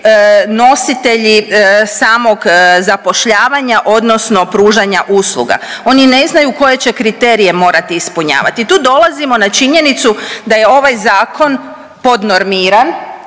nositelji samog zapošljavanja odnosno pružanja usluga, oni ne znaju koje će kriterije morati ispunjavati. I tu dolazimo na činjenicu da je ovaj zakon podnormiran